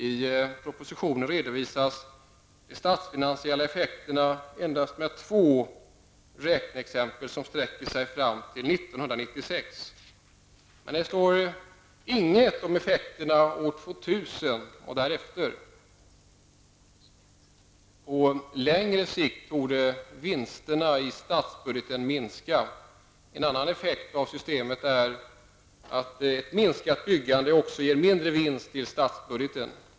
I propositionen redovisas de statsfinansiella effekterna med endast två räkneexempel som sträcker sig fram till 1996. Men det står ingenting om effekterna år 2000 och därefter. På längre sikt torde vinsterna i statsbudgeten minska. En annan effekt av systemet är att ett minskat byggande också ger mindre vinst i statsbudgeten.